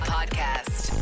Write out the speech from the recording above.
Podcast